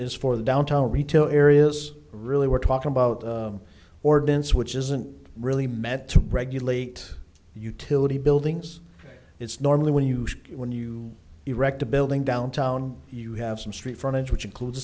is for the downtown retail areas really we're talking about ordinance which isn't really meant to regulate utility buildings it's normally when you when you erect a building downtown you have some street furniture which includes